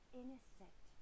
innocent